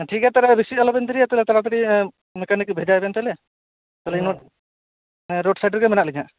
ᱴᱷᱤᱠ ᱜᱮᱭᱟ ᱛᱟᱦᱚᱞᱮ ᱵᱤᱥᱤ ᱟᱞᱚᱵᱮᱱ ᱫᱮᱨᱤᱭᱟ ᱛᱚᱵᱮ ᱛᱟᱲᱟᱛᱟᱹᱲᱤ ᱢᱮᱠᱟᱱᱤᱠ ᱵᱷᱮᱡᱟᱭᱮᱵᱮᱱ ᱛᱟᱦᱚᱞᱮ ᱨᱳᱰ ᱥᱟᱹᱭᱤᱰ ᱨᱮᱜᱮ ᱢᱮᱱᱟᱜ ᱞᱤᱧᱟᱹ ᱦᱟᱸᱜ